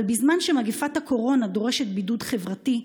אבל בזמן שמגפת הקורונה דורשת בידוד חברתי,